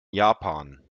japan